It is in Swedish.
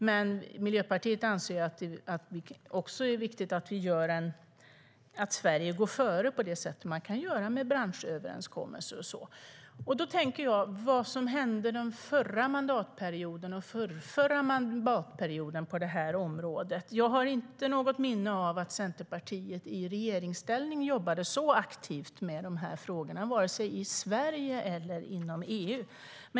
Men Miljöpartiet anser att det också är viktigt att Sverige går före på det sätt som man kan göra med branschöverenskommelser och sådant. Då tänker jag på vad som hände på det här området under den förra och den förrförra mandatperioden. Jag har inte något minne av att Centerpartiet i regeringsställning jobbade så aktivt med de här frågorna, varken i Sverige eller inom EU.